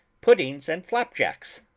pud dings and flapjacks,